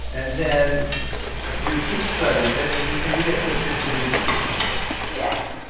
and then you keep studying it, and you and you get to this new paper. yes.